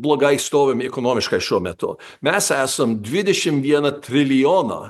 blogai stovim ekonomiškai šiuo metu mes esam dvidešim vieną trilijoną